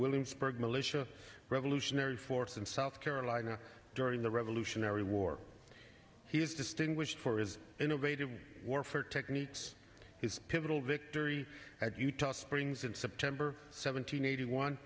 williamsburg militia revolutionary force in south carolina during the revolutionary war he is distinguished for is innovative warfare techniques his pivotal victory at utah springs in september seventeenth eighty one